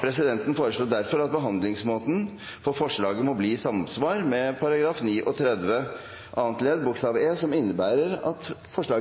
Presidenten foreslår derfor at behandlingsmåten for forslaget må bli i samsvar med § 39 annet ledd bokstav e, som innebærer at